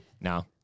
No